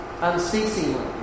unceasingly